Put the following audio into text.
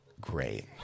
great